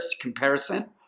comparison